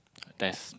test